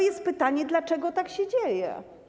I pytanie, dlaczego tak się dzieje.